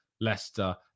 Leicester